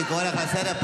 היא לא אמרה ערבים.